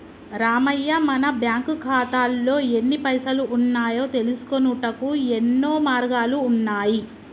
రామయ్య మన బ్యాంకు ఖాతాల్లో ఎన్ని పైసలు ఉన్నాయో తెలుసుకొనుటకు యెన్నో మార్గాలు ఉన్నాయి